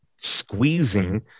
squeezing –